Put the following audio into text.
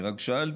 אני רק שאלתי,